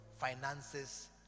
finances